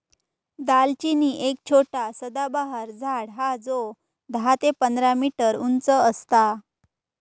दालचिनी एक छोटा सदाबहार झाड हा जो दहा ते पंधरा मीटर उंच असता